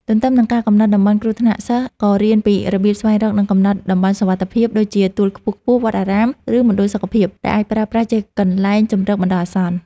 ទន្ទឹមនឹងការកំណត់តំបន់គ្រោះថ្នាក់ សិស្សក៏រៀនពីរបៀបស្វែងរក និងកំណត់តំបន់សុវត្ថិភាព ដូចជាទួលខ្ពស់ៗ វត្តអារាម ឬមណ្ឌលសុខភាព ដែលអាចប្រើប្រាស់ជាកន្លែងជម្រកបណ្ដោះអាសន្ន។